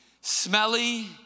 smelly